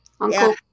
Uncle